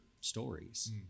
stories